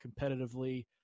competitively